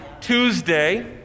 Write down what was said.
Tuesday